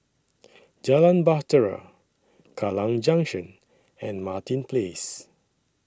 Jalan Bahtera Kallang Junction and Martin Place